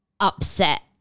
upset